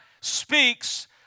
speaks